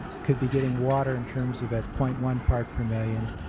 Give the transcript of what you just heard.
could be getting water in terms of at point one part per million.